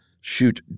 shoot